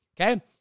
okay